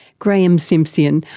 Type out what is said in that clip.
graeme simsion,